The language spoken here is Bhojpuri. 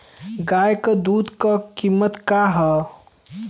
गाय क दूध क कीमत का हैं?